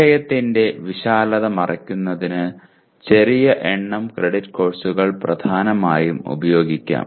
വിഷയത്തിന്റെ വിശാലത മറയ്ക്കുന്നതിന് ചെറിയ എണ്ണം ക്രെഡിറ്റ് കോഴ്സുകൾ പ്രധാനമായും ഉപയോഗിക്കാം